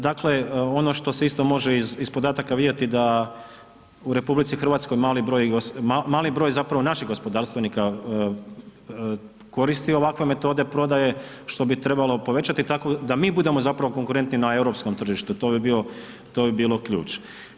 Dakle, ono što se isto može iz, iz podataka vidjeti da u RH mali broj, mali broj zapravo naših gospodarstvenika koristi ovakve metode prodaje, što bi trebalo povećati tako da mi budemo zapravo konkurentni na europskom tržištu, to bi bio, to bi bilo ključ.